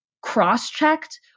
cross-checked